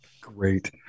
great